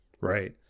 Right